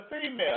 female